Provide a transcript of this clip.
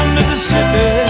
Mississippi